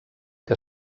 que